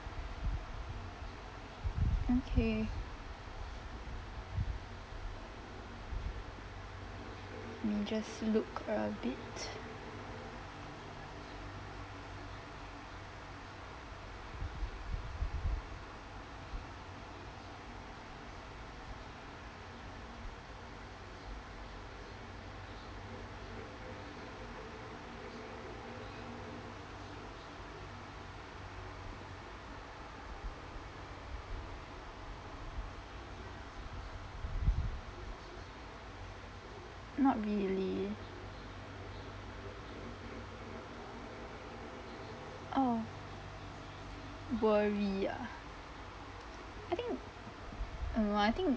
okay mm just look a bit not really oh worry ah I think mm I think